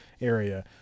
area